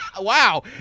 Wow